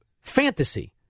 fantasy